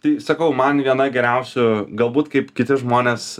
tai sakau man viena geriausių galbūt kaip kiti žmonės